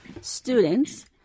Students